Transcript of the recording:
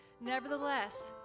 Nevertheless